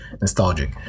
nostalgic